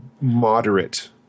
moderate –